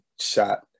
shot